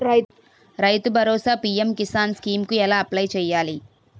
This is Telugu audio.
రైతు భరోసా పీ.ఎం కిసాన్ స్కీం కు ఎలా అప్లయ్ చేయాలి?